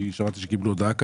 כי שמעתי שקיבלו הודעה כזו.